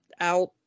out